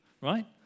right